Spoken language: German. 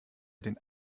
den